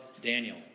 Daniel